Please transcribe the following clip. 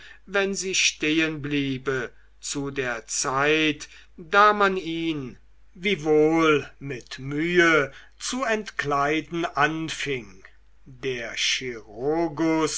wenn sie stehenbliebe zu der zeit da man ihn wiewohl mit mühe zu entkleiden anfing der chirurgus